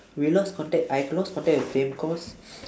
we lost contact I lost contact with praem cause